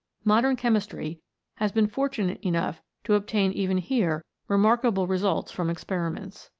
modern chemistry has been fortunate enough to obtain even here remarkable results from experiments.